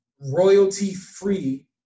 royalty-free